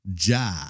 ja